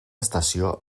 estació